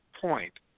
point